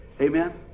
Amen